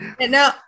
now